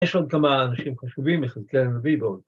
‫יש עוד כמה אנשים חשובים, ‫יחזקאל הנביא ועוד.